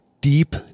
deep